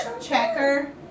checker